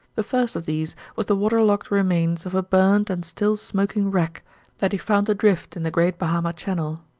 the first of these was the water-logged remains of a burned and still smoking wreck that he found adrift in the great bahama channel.